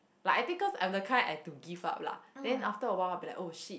like I think cause I'm the kind I have to give up lah then after a while I'll be like oh shit